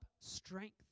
strength